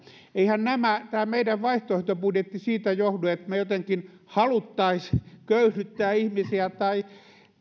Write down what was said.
eihän tämä meidän vaihtoehtobudjettimme siitä johdu että me jotenkin haluaisimme köyhdyttää ihmisiä tai